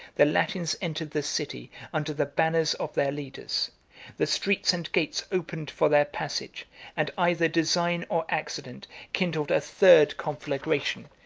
the latins entered the city under the banners of their leaders the streets and gates opened for their passage and either design or accident kindled a third conflagration,